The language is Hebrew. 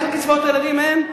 רק לקצבאות הילדים אין?